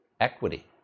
equity